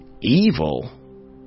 evil